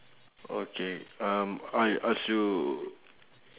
okay um I ask you